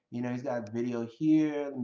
you know he's got a video here,